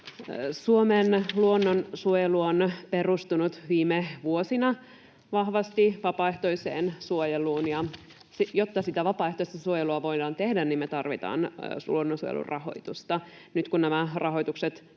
Suomen luonnon suojelu on perustunut viime vuosina vahvasti vapaaehtoiseen suojeluun. Jotta sitä vapaaehtoista suojelua voidaan tehdä, niin me tarvitaan luonnonsuojelun rahoitusta. Nyt, kun nämä rahoitukset